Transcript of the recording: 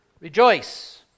Rejoice